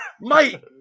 Mate